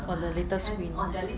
on the little screen